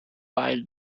buy